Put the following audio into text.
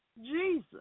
Jesus